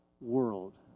world